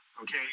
okay